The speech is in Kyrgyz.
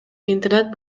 интернет